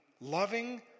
loving